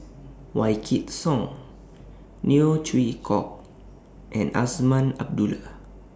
Wykidd Song Neo Chwee Kok and Azman Abdullah